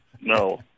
No